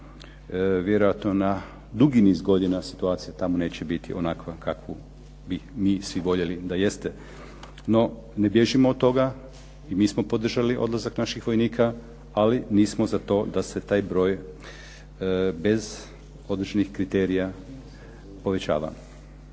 vjerojatno na dugi niz situacija tamo neće biti onakva kakvu bi mi svi voljeli da jeste. No, ne bježimo od toga, i mi smo podržali odlazak naših vojnika, ali nismo za to da se taj broj bez određenih kriterija povećava.